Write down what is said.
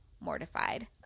mortified